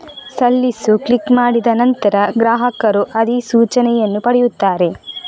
ಸಲ್ಲಿಸು ಕ್ಲಿಕ್ ಮಾಡಿದ ನಂತರ, ಗ್ರಾಹಕರು ಅಧಿಸೂಚನೆಯನ್ನು ಪಡೆಯುತ್ತಾರೆ